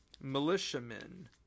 militiamen